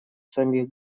самих